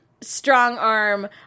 Strongarm